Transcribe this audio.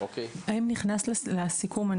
האם נכנס לסיכום הדיון,